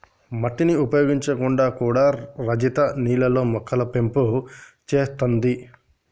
మట్టిని ఉపయోగించకుండా కూడా రజిత నీళ్లల్లో మొక్కలు పెంపు చేత్తాంది